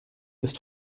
ist